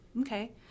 Okay